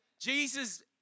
Jesus